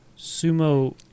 Sumo